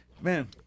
Man